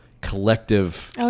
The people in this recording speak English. collective